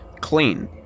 clean